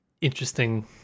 interesting